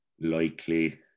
likely